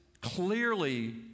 clearly